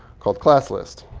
called classlist.